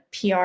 PR